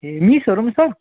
ए मिसहरू पनि छ